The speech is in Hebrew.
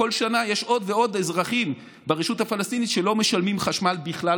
כל שנה יש עוד ועוד אזרחים ברשות הפלסטינית שלא משלמים חשמל בכלל,